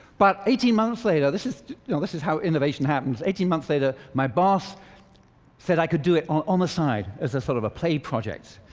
but eighteen months later this is this is how innovation happens eighteen months later, my boss said i could do it on the side, as a sort of a play project,